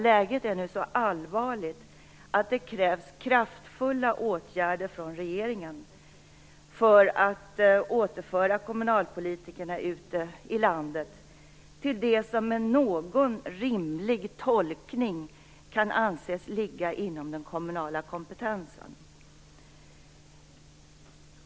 Läget är nu så allvarligt att det krävs kraftfulla åtgärder från regeringen för att man skall kunna återföra kommunalpolitikerna ute i landet till det som med rimlig tolkning kan anses ligga inom den kommunala kompetensen.